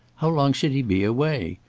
how long should he be away?